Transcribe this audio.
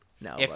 No